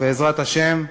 ובעזרת השם,